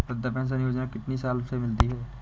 वृद्धा पेंशन योजना कितनी साल से मिलती है?